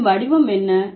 அதன் வடிவம் என்ன